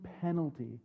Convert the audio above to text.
penalty